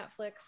Netflix